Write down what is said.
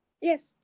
Yes